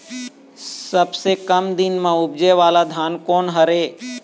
सबसे कम दिन म उपजे वाला धान कोन हर ये?